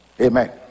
Amen